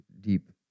deep